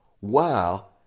Wow